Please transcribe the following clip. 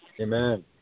Amen